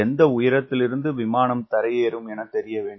எந்த உயரத்திலிருந்து விமானம் தரையேறும் எனத்தெரியவேண்டும்